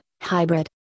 Hybrid